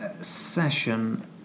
session